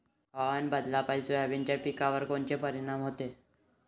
हवामान बदलापायी सोयाबीनच्या पिकावर कोनचा परिणाम होते?